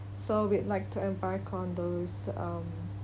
so we'd like to and buy kind of those um